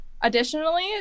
Additionally